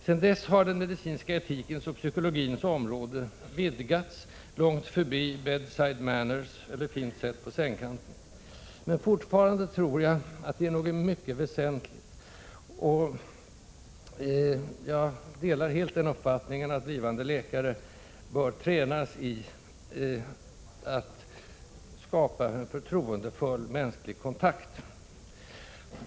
Sedan dess har den medicinska etikens och psykologins områden vidgats långt förbi bedside manners — fint sätt på sängkanten — men fortfarande tror jag att det är något mycket väsentligt. Jag delar helt uppfattningen att blivande läkare bör tränas i att skapa en förtroendefull mänsklig kontakt.